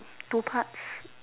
two parts